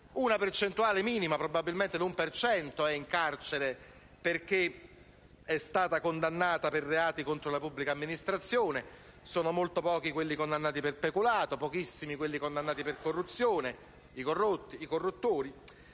Una percentuale minima, probabilmente l'uno per cento, è in carcere perché condannata per reati contro la pubblica amministrazione; sono molto pochi quelli condannati per peculato; pochissimi i condannati per corruzione, i corruttori.